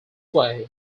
way